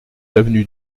avenue